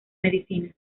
medicina